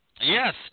Yes